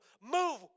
Move